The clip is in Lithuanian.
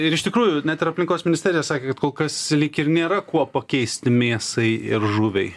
ir iš tikrųjų net ir aplinkos ministerija sakė kad kol kas lyg ir nėra kuo pakeisti mėsai ir žuviai